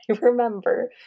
remember